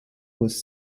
was